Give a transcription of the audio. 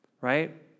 right